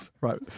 Right